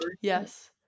Yes